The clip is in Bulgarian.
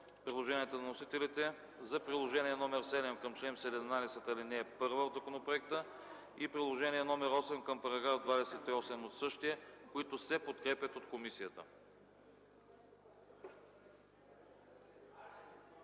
предложенията на вносителите за Приложение № 7 към чл. 17, ал. 1 от законопроекта и Приложение № 8 към § 28 от същия, които се подкрепят от комисията.